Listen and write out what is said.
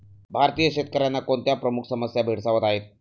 भारतीय शेतकऱ्यांना कोणत्या प्रमुख समस्या भेडसावत आहेत?